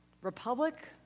Republic